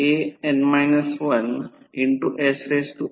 तर 200 कोन 0 o8 j 6 म्हणून ते E20 कोन 36